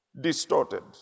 distorted